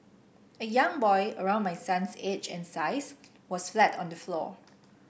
a young boy around my son's age and size was flat on the floor